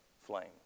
flame